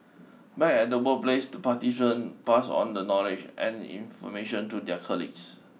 back at the workplace the participant pass on the knowledge and information to their colleagues